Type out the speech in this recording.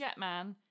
Jetman